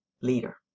leader